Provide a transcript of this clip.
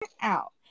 out